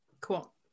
Cool